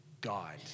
God